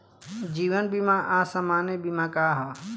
जीवन बीमा आ सामान्य बीमा का ह?